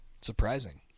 Surprising